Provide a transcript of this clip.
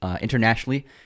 Internationally